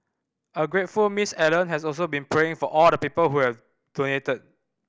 a grateful Miss Allen has also been praying for all the people who have donated